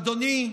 אדוני,